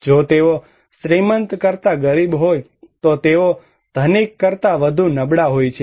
જો તેઓ શ્રીમંત કરતાં ગરીબ હોય તો તેઓ ધનિક કરતાં વધુ નબળા હોય છે